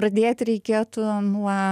pradėti reikėtų nuo